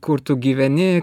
kur tu gyveni